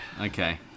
Okay